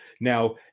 Now